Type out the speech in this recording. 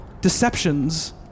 deceptions